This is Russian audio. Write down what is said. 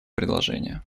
предложение